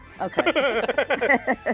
Okay